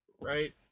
right